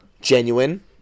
genuine